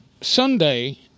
Sunday